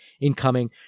incoming